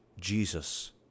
Jesus